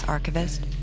Archivist